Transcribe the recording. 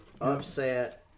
upset